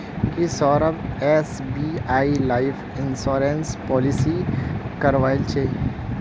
की Saurabh SBI life insurance policy करवइल छि